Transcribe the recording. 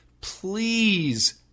Please